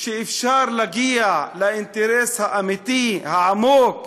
שאפשר להגיע לאינטרס האמיתי, העמוק,